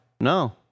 No